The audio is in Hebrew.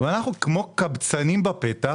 ואנחנו כמו קבצנים בפתח